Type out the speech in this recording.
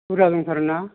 बुरजा दंथारोना